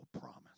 promise